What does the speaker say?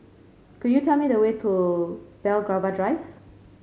could you tell me the way to Belgravia Drive